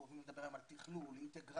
אנחנו אוהבים היום לדבר על תכלול, אינטגרציה.